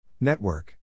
Network